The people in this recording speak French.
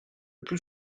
plus